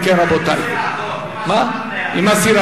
אם כן, רבותי, אני מסירה.